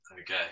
Okay